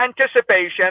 anticipation